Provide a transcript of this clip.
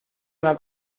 una